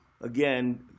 again